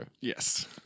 Yes